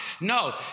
No